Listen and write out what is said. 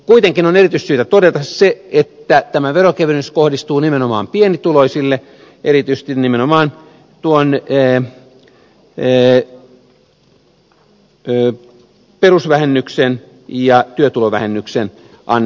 kuitenkin on erityisesti syytä todeta se että tämä veronkevennys kohdistuu nimenomaan pienituloisille erityisesti nimenomaan tuon perusvähennyksen ja työtulovähennyksen ansiosta